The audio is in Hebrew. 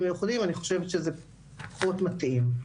מיוחדים אני חושבת שזה פחות מתאים.